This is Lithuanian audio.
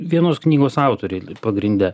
vienos knygos autoriai pagrinde